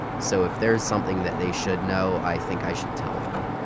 so if there is something that they should know, i think i should tell them